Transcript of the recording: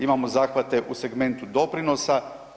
Imamo zahvate u segmentu doprinosa.